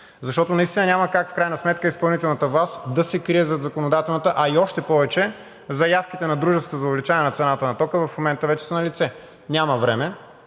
съвет. Наистина няма как в крайна сметка изпълнителната власт да се крие зад законодателната, а още повече че заявките на дружествата за увеличаване на цената на тока в момента вече са налице. Няма време.